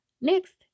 next